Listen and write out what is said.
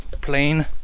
plane